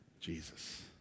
Jesus